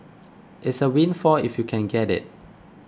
it's a windfall if you can get it